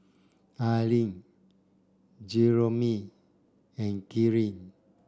Aline Jeromy and Kyree